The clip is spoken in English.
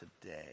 today